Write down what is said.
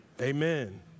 Amen